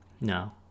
No